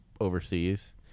overseas